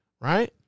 right